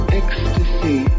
ecstasy